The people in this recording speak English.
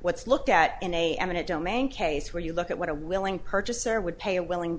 what's looked at in a eminent domain case where you look at what a willing purchaser would pay a willing